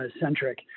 centric